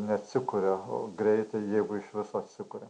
neatsikuria greitai jeigu iš viso atsikuria